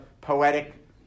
poetic